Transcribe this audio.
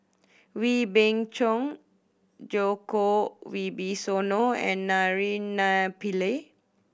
Wee Beng Chong Djoko Wibisono and Naraina Pillai